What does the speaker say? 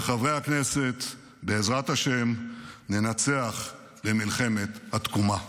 וחברי הכנסת, בעזרת השם ננצח במלחמת התקומה.